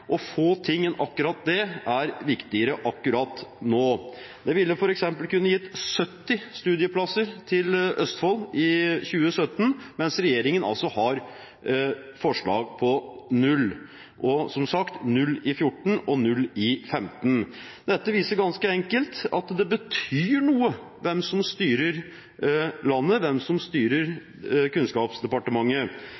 og få ting enn akkurat det er viktigere akkurat nå. Det ville f.eks. kunne gitt 70 studieplasser til Østfold i 2017, mens regjeringen har forslag om 0 plasser og, som sagt, 0 plasser i 2014 og 0 plasser i 2015. Dette viser ganske enkelt at det betyr noe hvem som styrer landet, hvem som styrer